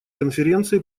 конференции